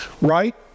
Right